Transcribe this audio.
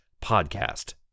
podcast